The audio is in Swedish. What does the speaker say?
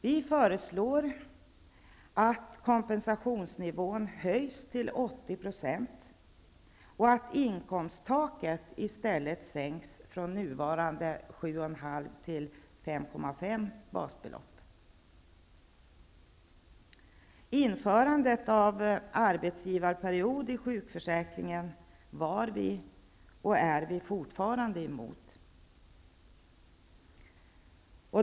Vi föreslår att kompensationsnivån höjs till 80 % och att inkomsttaket i stället sänks från nuvarande Införandet av arbetsgivarperiod i sjukförsäkringen var vi och är vi fortfarande emot.